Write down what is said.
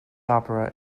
opera